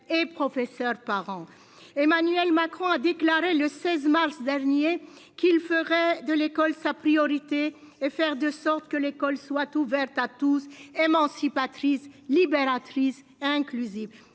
et professeurs, parents. Emmanuel Macron a déclaré le 16 mars dernier qu'il ferait de l'école sa priorité et faire de sorte que l'école soit ouverte à tous, émancipatrice libératrice inclusive